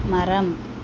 மரம்